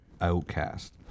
outcast